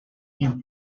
him